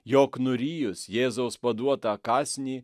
jog nurijus jėzaus paduotą kąsnį